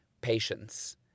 patience